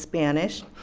spanish,